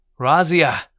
Razia